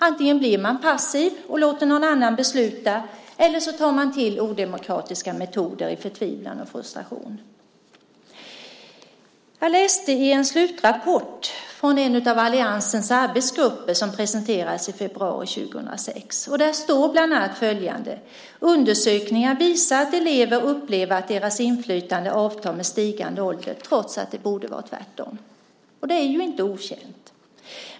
Antingen blir man passiv och låter någon annan besluta, eller också tar man i förtvivlan och frustration till odemokratiska metoder. Jag har läst en slutrapport från en av alliansens arbetsgrupper som presenterades i februari 2006. Där står bland annat följande: Undersökningar visar att elever upplever att deras inflytande avtar med stigande ålder trots att det borde vara tvärtom. Detta är inte okänt.